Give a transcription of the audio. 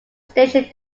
station